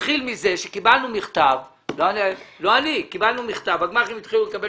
התחיל מזה שקיבלנו מכתב לא אני הגמ"חים התחילו לקבל